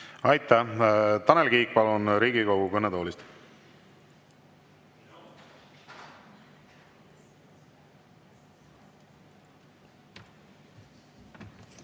Aitäh! Tanel Kiik, palun, Riigikogu kõnetoolist!